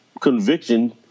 conviction